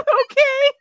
okay